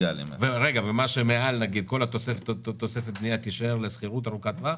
וכל תוספת הבנייה תישאר לשכירות ארוכת טווח?